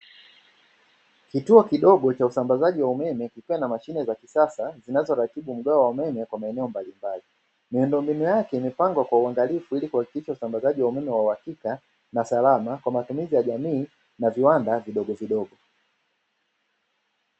Kituo kidogo cha usambazaji wa umeme kikiwa na mashine za kisasa zinazoratibu mgao wa umeme kwa maeneo mbalimbali, miundombinu yake imepangwa kwa uangalifu ili kuhakikisha usambazaji wa umeme wa uhakika na salama kwa matumizi ya jamii na viwanda vidogovidogo.